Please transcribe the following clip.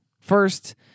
first